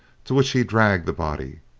to which he dragged the body,